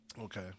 okay